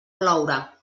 ploure